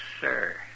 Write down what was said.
sir